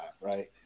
right